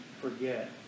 forget